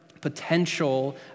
potential